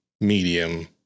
medium